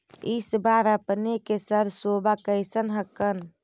इस बार अपने के सरसोबा कैसन हकन?